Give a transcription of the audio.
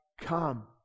come